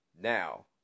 Now